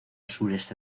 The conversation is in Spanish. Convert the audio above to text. sureste